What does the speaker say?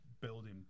building